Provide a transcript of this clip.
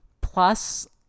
plus